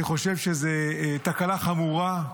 אני חושב שזו תקלה חמורה,